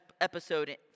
episode